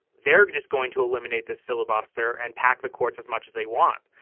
they're just going to eliminate this filibuster and pack the courts as much as they want.